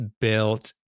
built